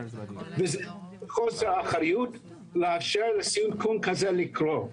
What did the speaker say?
וזה חוסר אחריות לאפשר לסיכון כזה לקרות.